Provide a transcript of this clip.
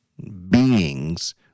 beings